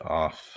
off